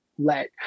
Let